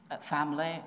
family